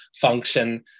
function